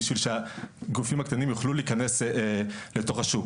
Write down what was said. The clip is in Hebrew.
בשביל שהגופים הקטנים יוכלו להיכנס לתוך השוק.